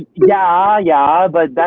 yeah, yeah. but that